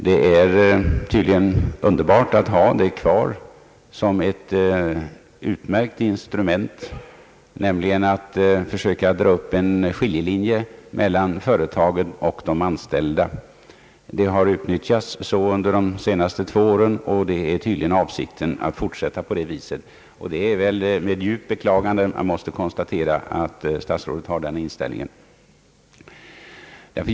Det är tydligen underbart att ha kvar möjligheten att försöka dra upp en skiljelinje mellan företagen och de anställda. Detta utmärkta instrument har utnyttjats politiskt under de senaste två åren, och avsikten är tydligen att fortsätta på samma vis. Det är med djupt beklagande man måste konstatera att statsrådet har den inställningen.